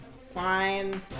fine